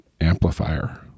amplifier